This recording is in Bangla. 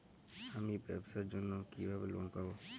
আমি ব্যবসার জন্য কিভাবে লোন পাব?